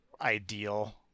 ideal